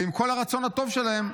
מלאך לא צריך לאכול.